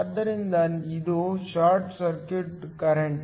ಆದ್ದರಿಂದ ಇದು short circuit current